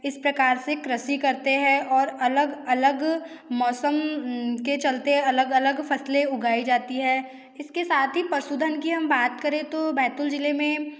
इस प्रकार से कृषि करते हैं और अलग अलग मौसम के चलते अलग अलग फसलें उगाई जाती है इसके साथ ही पशुधन की हम बात करें तो बैतूल ज़िले में